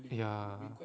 ya